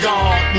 God